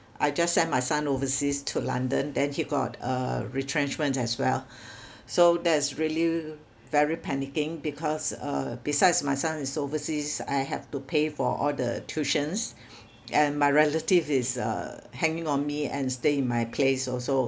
I just send my son overseas to London then he got uh retrenchment as well so that's really very panicking because uh besides my son is overseas I have to pay for all the tuitions and my relative is uh hanging on me and stay in my place also